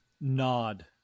nod